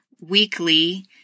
weekly